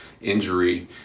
injury